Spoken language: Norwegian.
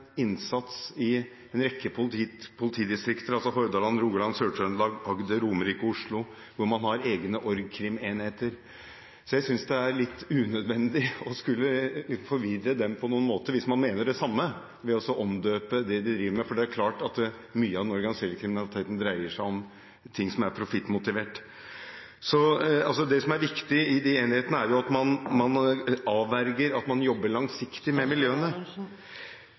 innsats i en rekke politidistrikt, i Hordaland, Rogaland, Sør-Trøndelag, Agder, Romerike, Oslo, hvor man har egne org.krim.-enheter. Så jeg synes det er litt unødvendig å forvirre dem på noen måte hvis man mener det samme, ved å omdøpe det de driver med. Det er klart at mye av den organiserte kriminaliteten dreier seg om ting som er profittmotivert. Det som er viktig i de enhetene, er at man avverger, at man jobber langsiktig med miljøene.